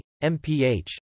MPH